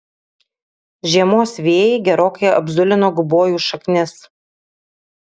žiemos vėjai gerokai apzulino gubojų šaknis